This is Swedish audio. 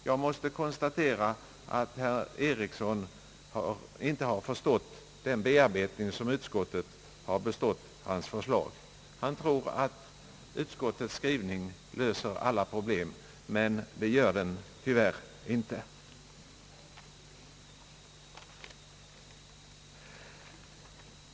Jag måste konstatera att herr Eriksson inte begripit den bearbetning som utskottet bestått hans förslag. Han tror att utskottets skrivning löser alla problem, men så är det tyvärr inte.